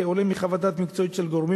כעולה מחוות הדעת המקצועיות של גורמים